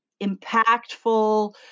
impactful